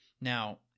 Now